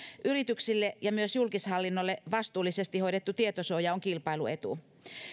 yrityksille ja myös julkishallinnolle vastuullisesti hoidettu tietosuoja on kilpailuetu